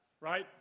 right